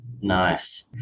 nice